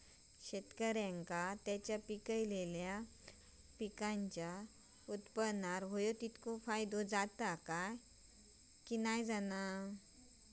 शेतकऱ्यांका त्यांचा पिकयलेल्या पीकांच्या उत्पन्नार होयो तितको फायदो जाता काय की नाय?